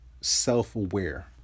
self-aware